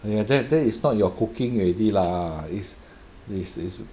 !aiya! that that is not your cooking already lah is is is